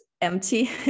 empty